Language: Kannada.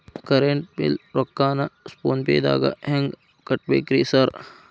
ಕರೆಂಟ್ ಬಿಲ್ ರೊಕ್ಕಾನ ಫೋನ್ ಪೇದಾಗ ಹೆಂಗ್ ಕಟ್ಟಬೇಕ್ರಿ ಸರ್?